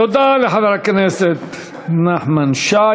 תודה לחבר הכנסת נחמן שי.